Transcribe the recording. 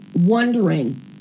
wondering